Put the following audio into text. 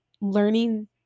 learning